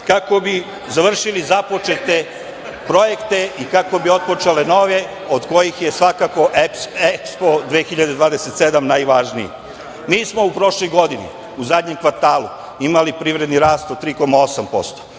kako bi završili započete projekte i kako bi otpočeli nove, od kojih je svakako "Ehpo 2027" najvažniji. Mi smo u prošloj godini, u zadnjem kvartalu, imali privredni rast od 3,8%,